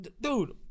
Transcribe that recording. Dude